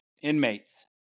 inmates